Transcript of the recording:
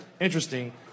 interesting